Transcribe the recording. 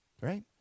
Right